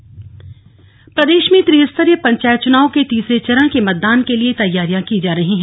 त्रिस्तरीय पंचायत चुनाव प्रदेश में त्रिस्तरीय पंचायत चुनाव के तीसरे चरण के मतदान के लिए तैयारियां की जा रही है